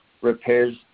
repairs